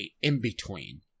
in-between